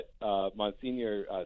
Monsignor